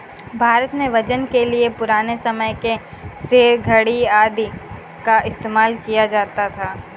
भारत में वजन के लिए पुराने समय के सेर, धडी़ आदि का इस्तेमाल किया जाता था